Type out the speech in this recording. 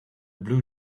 blue